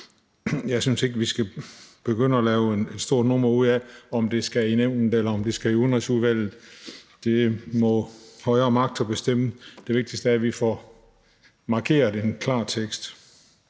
Jeg synes ikke, at vi skal begynde at lave et stort nummer ud af, om det skal i Nævnet, eller om det skal i Udenrigsudvalget. Det må højere magter bestemme. Det vigtigste er, at vi får det markeret med en klar tekst.